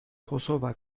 kosova